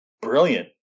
brilliant